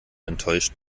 enttäuscht